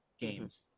games